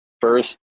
first